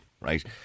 right